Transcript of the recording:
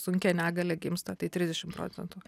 sunkia negalia gimsta tai trisdešimt procentų